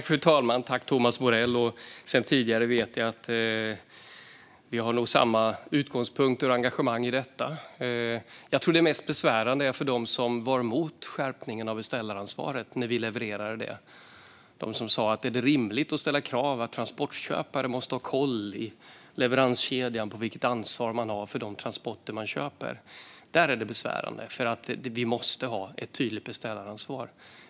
Fru talman! Tack, Thomas Morell! Sedan tidigare vet jag att vi nog har samma utgångspunkt och engagemang i detta. Jag tror att det mest besvärande gäller dem som var emot skärpningen av beställaransvaret när vi levererade det. De sa: Är det rimligt att ställa krav att transportköpare måste ha koll i leveranskedjan om vilket ansvar man har för de transporter som man köper? För dem är det besvärande, eftersom vi måste ha ett tydligt beställaransvar.